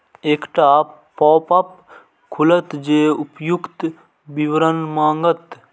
एकटा पॉपअप खुलत जे उपर्युक्त विवरण मांगत